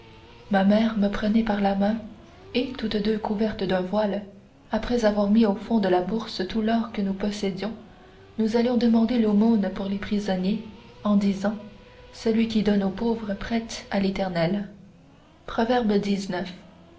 ma mère me prenait par la main et toutes deux couvertes d'un voile après avoir mis au fond de la bourse tout l'or que nous possédions nous allions demander l'aumône pour les prisonniers en disant celui qui donne aux pauvres prête à l'éternel puis